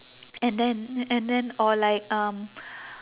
and then and then or like um